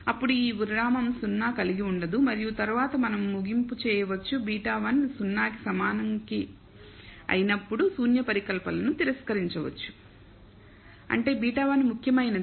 అప్పుడు ఈ విరామం 0 కలిగి ఉండదు మరియు తరువాత మనం ముగింపు చేయవచ్చు β1 0 కి సమానం అయినప్పుడు శూన్య పరికల్పనను తిరస్కరించవచ్చు అంటే β1 ముఖ్యమైనది